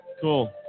Cool